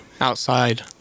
outside